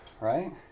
right